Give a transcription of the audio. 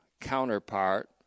counterpart